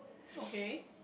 okay